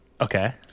Okay